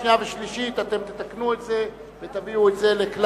לקראת קריאה שנייה וקריאה שלישית אתם תתקנו את זה ותביאו את זה לכלל,